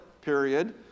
period